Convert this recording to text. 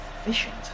efficient